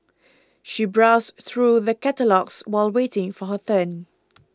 she browsed through the catalogues while waiting for her turn